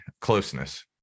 closeness